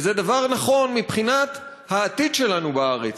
וזה נכון מבחינת העתיד שלנו בארץ,